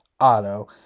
Auto